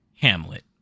Hamlet